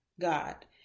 God